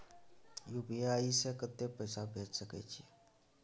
UPI से कत्ते पैसा भेज सके छियै?